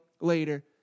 later